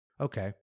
Okay